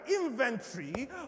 inventory